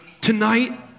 Tonight